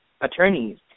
attorneys